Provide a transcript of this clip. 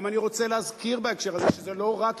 גם אני רוצה להזכיר בהקשר הזה שלא רק